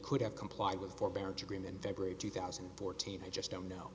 could have complied with forbearance agreement february two thousand and fourteen i just don't know